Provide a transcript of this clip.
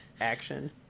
action